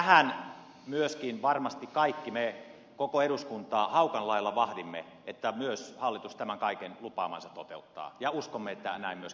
tätä myöskin varmasti kaikki me koko eduskunta haukan lailla vahdimme että myös hallitus tämän kaiken lupaamansa toteuttaa ja uskomme että näin myöskin tulee tapahtumaan